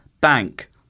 Bank